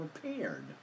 prepared